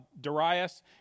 Darius